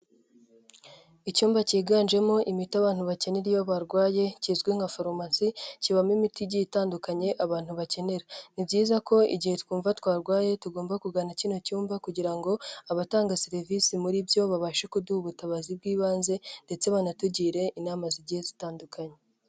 Icyumba kiganjemo imiti abantu bakenera iyo barwaye kizwi nka farumasi, kibamo imiti igiye itandukanye abantu bakenera, ni byiza ko igihe twumva twarwaye tugomba kugana kino cyumba kugira ngo abatanga serivisi muri byo babashe kuduha ubutabazi bw'ibanze ndetse banatugire inama zigiye zitandukanye.